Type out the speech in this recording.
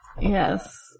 Yes